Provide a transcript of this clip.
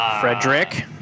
Frederick